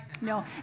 No